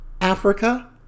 Africa